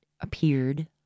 appeared